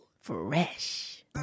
Fresh